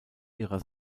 ihrer